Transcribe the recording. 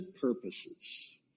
purposes